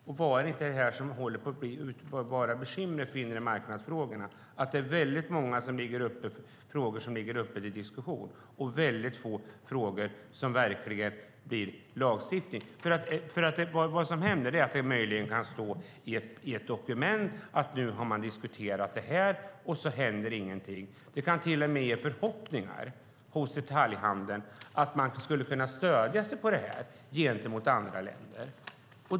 Är det inte detta som håller på att bli bekymret för inremarknadsfrågorna, att det är väldigt många frågor som ligger uppe till diskussion och väldigt få frågor som verkligen blir lagstiftning? Vad som händer är nämligen att det möjligen kan stå i ett dokument att man nu har diskuterat detta - och så händer ingenting. Det kan till och med ge förhoppningar hos detaljhandeln att man skulle kunna stödja sig på detta gentemot andra länder.